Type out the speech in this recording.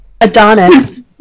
Adonis